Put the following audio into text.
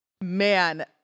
man